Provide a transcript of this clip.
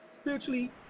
spiritually